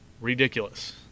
Ridiculous